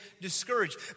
discouraged